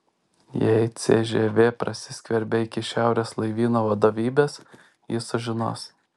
jei cžv prasiskverbė iki šiaurės laivyno vadovybės jis sužinos